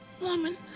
Woman